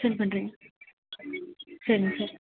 send பண்ணுறிங்க சரிங்க sir